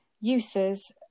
uses